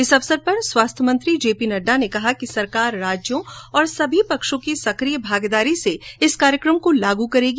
इस अवसर पर स्वास्थ्य मंत्री जे पी नड्डा ने कहा है कि सरकार राज्यों और सभी पक्षों की सक्रिय भागीदारी से इस कार्यक्रम को लागू करेगी